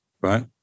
Right